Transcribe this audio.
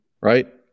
right